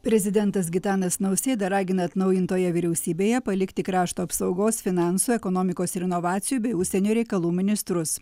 prezidentas gitanas nausėda ragina atnaujintoje vyriausybėje palikti krašto apsaugos finansų ekonomikos ir inovacijų bei užsienio reikalų ministrus